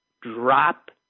drop